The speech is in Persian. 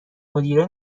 مدیره